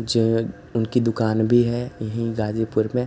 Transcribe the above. जो उनकी दुकान भी है यहीं गाजिपुर में